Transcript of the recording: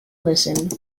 listened